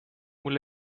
mul